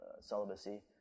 celibacy